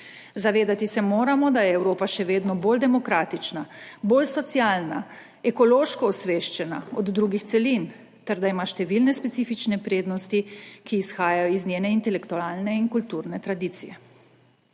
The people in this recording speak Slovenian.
Zavedati se moramo, da je Evropa še vedno bolj demokratična, bolj socialna, ekološko osveščena od drugih celin ter da ima številne specifične prednosti, ki izhajajo iz njene intelektualne in kulturne tradicije.